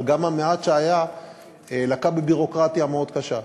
אבל גם המעט שהיה לקה בביורוקרטיה מאוד קשה.